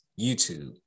YouTube